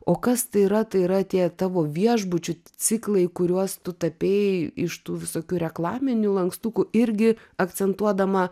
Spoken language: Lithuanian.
o kas tai yra tai yra tie tavo viešbučių ciklai kuriuos tu tapei iš tų visokių reklaminių lankstukų irgi akcentuodama